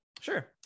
Sure